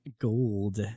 gold